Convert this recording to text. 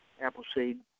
Appleseed